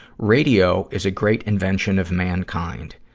radio is a great invention of mankind.